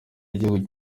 igihugu